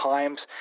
Times